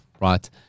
right